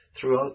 throughout